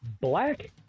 Black